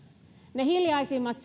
ne hiljaisimmat